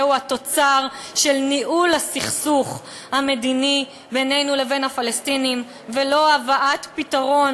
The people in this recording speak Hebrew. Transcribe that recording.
זהו התוצר של ניהול הסכסוך המדיני בינינו לבין הפלסטינים ולא הבאת פתרון